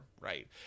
right